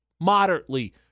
moderately